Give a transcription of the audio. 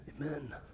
Amen